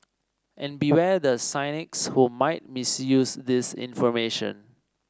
and beware the cynics who might misuse this information